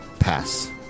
Pass